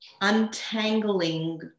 untangling